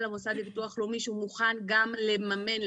המוסד לביטוח לאומי שהוא מוכן גם לממן,